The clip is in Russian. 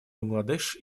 бангладеш